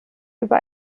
über